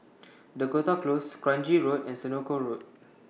Dakota Close Kranji Road and Senoko Road